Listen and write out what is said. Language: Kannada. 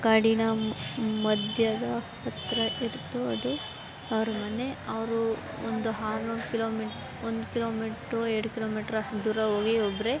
ಕಾಡಿನ ಮಧ್ಯದ ಹತ್ತಿರ ಇತ್ತು ಅದು ಅವ್ರ ಮನೆಯವ್ರೂ ಒಂದು ಆರುನೂರು ಕಿಲೋಮೀಟ್ ಒಂದು ಕಿಲೋಮೀಟ್ರು ಎರಡು ಕಿಲೋಮೀಟ್ರ್ ಅಷ್ಟು ದೂರ ಹೋಗಿ ಒಬ್ಬರೇ